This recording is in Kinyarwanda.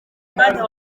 umwanya